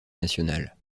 nationale